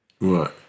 right